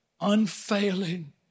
unfailing